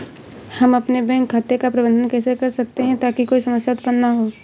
हम अपने बैंक खाते का प्रबंधन कैसे कर सकते हैं ताकि कोई समस्या उत्पन्न न हो?